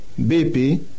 BP